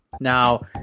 now